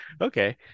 okay